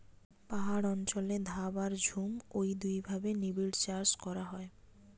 পাহাড় অঞ্চলে ধাপ আর ঝুম ঔ দুইভাবে নিবিড়চাষ করা হয়